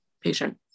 patient